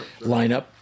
lineup